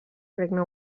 regne